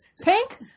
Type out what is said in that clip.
Pink